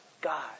God